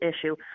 issue